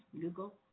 Google